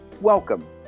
Welcome